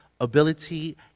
ability